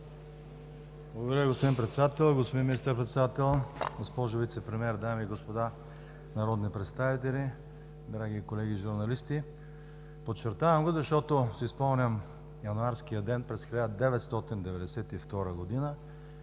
Благодаря, господин Председател. Господин Министър-председател, госпожо Вицепремиер, дами и господа народни представители, драги колеги журналисти! Подчертавам го, защото си спомням януарския ден през 1992 г.,